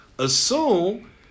Assume